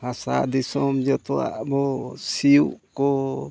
ᱦᱟᱥᱟ ᱫᱤᱥᱚᱢ ᱡᱚᱛᱚᱣᱟᱜ ᱟᱵᱚ ᱥᱤᱭᱳᱜ ᱠᱚ